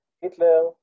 Hitler